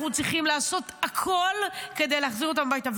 אנחנו צריכים לעשות הכול כדי להחזיר אותם הביתה.